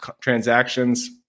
transactions